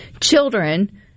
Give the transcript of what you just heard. children